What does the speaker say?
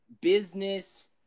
business